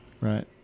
right